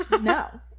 No